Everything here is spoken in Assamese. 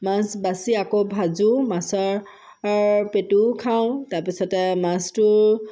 মাছ বাচি আকৌ ভাজোঁ মাছৰ পেটুও খাওঁ তাৰপাছতে মাছটো